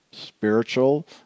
spiritual